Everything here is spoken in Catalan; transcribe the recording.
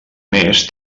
més